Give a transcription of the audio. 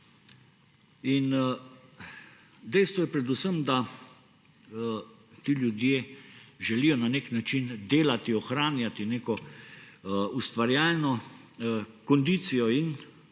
Dejstvo je predvsem, da ti ljudje želijo na nek način delati, ohranjati ustvarjalno kondicijo